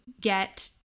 get